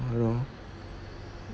bro